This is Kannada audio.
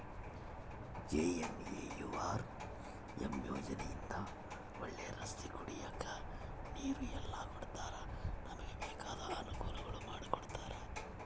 ಜೆ.ಎನ್.ಎನ್.ಯು.ಆರ್.ಎಮ್ ಯೋಜನೆ ಇಂದ ಒಳ್ಳೆ ರಸ್ತೆ ಕುಡಿಯಕ್ ನೀರು ಎಲ್ಲ ಕೊಡ್ತಾರ ನಮ್ಗೆ ಬೇಕಾದ ಅನುಕೂಲ ಮಾಡಿಕೊಡ್ತರ